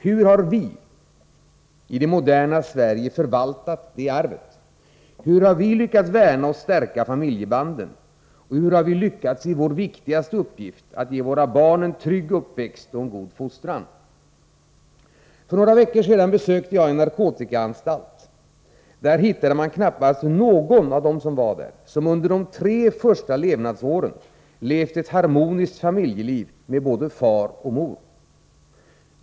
Hur har vi i det moderna Sverige förvaltat detta arv? Hur har vi lyckats värna och stärka familjebanden? Och hur har vi lyckats i vår viktigaste uppgift, att ge våra barn en trygg uppväxt och en god fostran? För några veckor sedan besökte jag en ”narkotikaanstalt”. Där hittade man knappast någon som under de tre första levnadsåren levt ett harmoniskt familjeliv, med både far och mor.